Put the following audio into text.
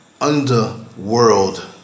underworld